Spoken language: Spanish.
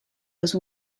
los